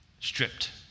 stripped